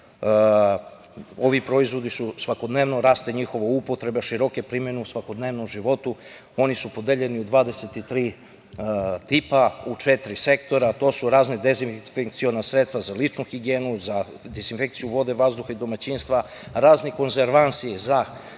ovim proizvodima svakodnevno raste upotreba široke primene u svakodnevnom životu. Podeljeni su u 23 tipa, u četiri sektora. To su razna dezinfekciona sredstva za ličnu higijenu, za dezinfekciju vode, vazduha i domaćinstva, razni konzervansi za hranu,